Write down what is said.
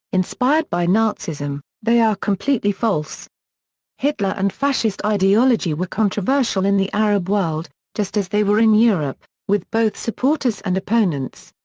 inspired by nazism, they are completely false hitler and fascist ideology were controversial in the arab world, just as they were in europe, with both supporters and opponents.